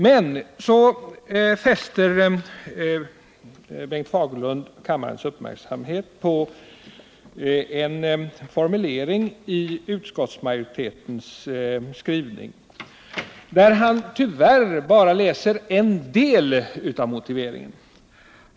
Bengt Fagerlund fäster i sitt anförande kammarens uppmärksamhet på en formulering i utskottsmajoritetens skrivning. Men han läste tyvärr bara en del av motiveringen.